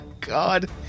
God